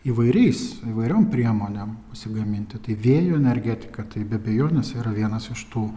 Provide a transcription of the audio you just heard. įvairiais įvairiom priemonėm pasigaminti tai vėjo energetika tai be abejonės yra vienas iš tų